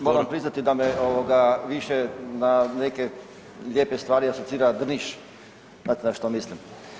Moram priznati da me više na neke lijepe stvari asocira Drniš, znate na što mislim?